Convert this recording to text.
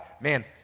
man